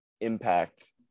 impact